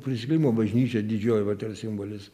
prisikėlimo bažnyčia didžioji vat yra simbolis